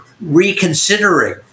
reconsidering